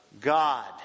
God